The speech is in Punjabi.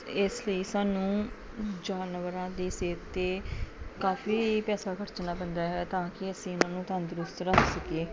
ਇਸ ਲਈ ਸਾਨੂੰ ਜਾਨਵਰਾਂ ਦੀ ਸਿਹਤ ਅਤੇ ਕਾਫੀ ਪੈਸਾ ਖਰਚਣਾ ਪੈਂਦਾ ਹੈ ਤਾਂ ਕਿ ਅਸੀਂ ਇਹਨਾਂ ਨੂੰ ਤੰਦਰੁਸਤ ਰੱਖ ਸਕੀਏ